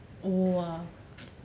oh !wah!